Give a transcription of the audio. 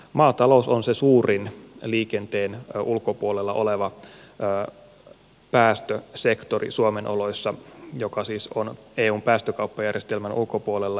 maatalous on suomen oloissa se suurin liikenteen ulkopuolella oleva päästösektori joka siis on eun päästökauppajärjestelmän ulkopuolella